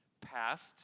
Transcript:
Past